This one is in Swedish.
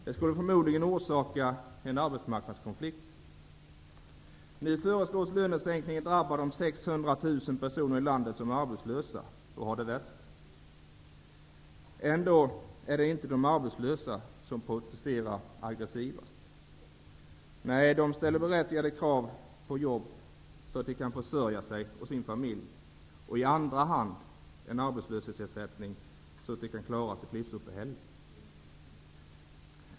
Den skulle förmodligen orsaka en arbetsmarknadskonflikt. personer i landet som är arbetslösa och som har det värst. Ändå är det inte de arbetslösa som protesterar aggressivast. Nej, de ställer berättigade krav på jobb så att de kan försörja sig och sin familj, och i andra hand kräver de en arbetslöshetsersättning som gör att de kan klara sitt livsuppehälle.